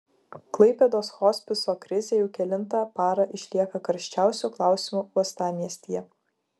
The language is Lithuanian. klaipėdos hospiso krizė jau kelintą parą išlieka karščiausiu klausimu uostamiestyje